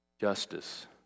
justice